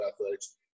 athletics